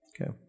Okay